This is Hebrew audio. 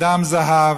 אדם זהב,